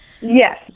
Yes